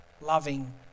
Loving